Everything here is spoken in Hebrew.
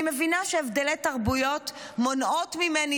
אני מבינה שהבדלי תרבויות מונעות ממני